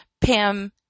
Pam